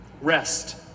rest